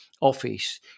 office